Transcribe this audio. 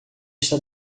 está